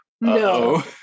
No